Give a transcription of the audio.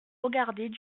regardaient